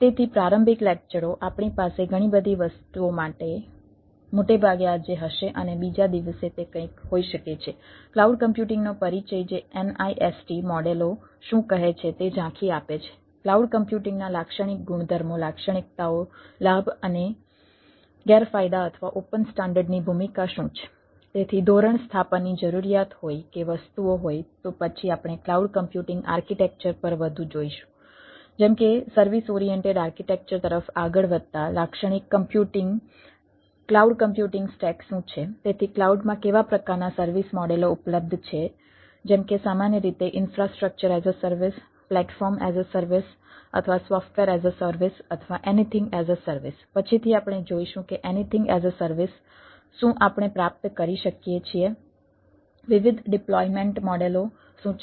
તેથી પ્રારંભિક લેક્ચરો આપણી પાસે ઘણી બધી વસ્તુઓ મોટે ભાગે આજે હશે અને બીજા દિવસે તે કંઈક હોઈ શકે છે ક્લાઉડ કમ્પ્યુટિંગનો પરિચય જે NIST મોડેલો કરવા માંગુ છું પછી ભલે તેમાં હોય ક્લાઉડના વિવિધ ડિપ્લોયમેન્ટ મોડેલ શું છે